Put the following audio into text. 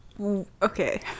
Okay